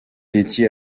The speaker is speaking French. dédié